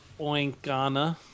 Oinkana